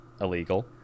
illegal